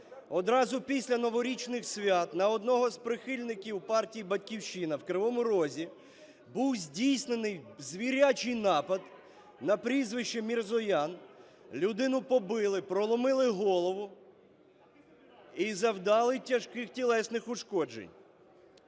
Одразу після новорічних свят на одного з прихильників партії "Батьківщина" в Кривому Розі був здійснений звірячий напад, на прізвище Мірзоян. Людину побили, проломили голову і завдали тяжких тілесних ушкоджень.